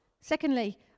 Secondly